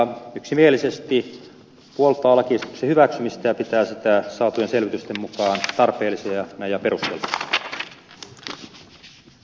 hallintovaliokunta yksimielisesti puoltaa lakiesityksen hyväksymistä ja pitää sitä saatujen selvitysten mukaan tarpeellisena ja perusteltuna